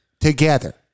together